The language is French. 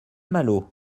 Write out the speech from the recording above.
malo